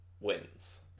wins